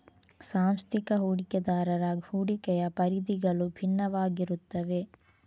ಸಾಂಸ್ಥಿಕ ಹೂಡಿಕೆದಾರರ ಹೂಡಿಕೆಯ ಪರಿಧಿಗಳು ಭಿನ್ನವಾಗಿರುತ್ತವೆ